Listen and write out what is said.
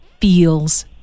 feels